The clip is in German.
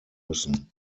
müssen